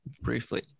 briefly